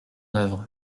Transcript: œuvre